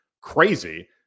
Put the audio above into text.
crazy